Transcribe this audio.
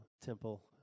temple